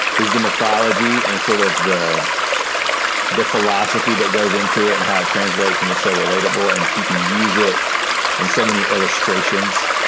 is the mythology and sort of the the philosophy that goes into it and how it translates into so relatable, and you can use it in so many illustrations.